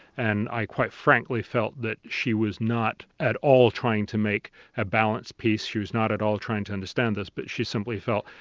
and i quite frankly felt that she was not at all trying to make a balanced piece, she was not at all trying to understand this, but she simply felt,